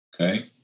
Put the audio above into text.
Okay